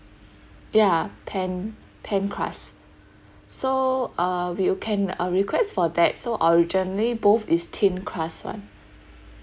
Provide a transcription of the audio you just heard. ya pan pan crust so uh you can uh request for that so originally both is thin crust [one]